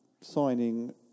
signing